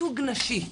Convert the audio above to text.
מיתוג נשי,